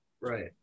Right